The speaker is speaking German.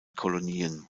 kolonien